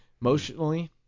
emotionally